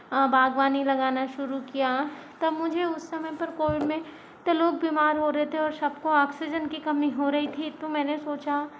बाग़बानी लगाना शुरू किया तब मुझे उस समय पर कोविड में कितने लोग बीमार हो रहे थे सब को आक्सीजन कि कमी हो रही थी तो मैंने सोचा